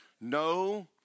No